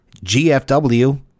GFW